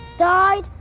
died,